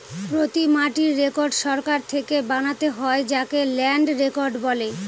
প্রতি মাটির রেকর্ড সরকার থেকে বানাতে হয় যাকে ল্যান্ড রেকর্ড বলে